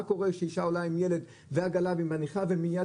מה קורה כשאישה עולה עם ילד ועגלה והיא מניחה ומייד